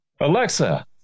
Alexa